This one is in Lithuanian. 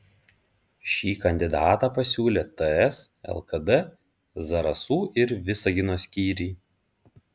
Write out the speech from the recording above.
šį kandidatą pasiūlė ts lkd zarasų ir visagino skyriai